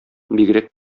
бигрәк